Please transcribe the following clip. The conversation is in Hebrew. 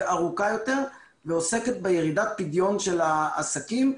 ארוכה יותר ועוסקת בירידת פדיון של העסקים,